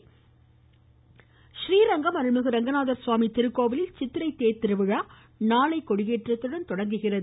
றீரங்கம் றீரங்கம் அருள்மிகு அரங்கநாதசுவாமி திருக்கோவிலில் சித்திரை தேர் திருவிழா நாளை கொடியேற்றத்துடன் தொடங்குகிறது